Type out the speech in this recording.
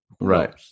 Right